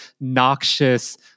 noxious